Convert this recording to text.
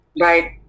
Right